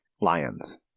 lions